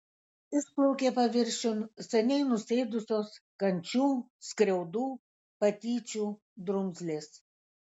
išplaukė paviršiun seniai nusėdusios kančių skriaudų patyčių drumzlės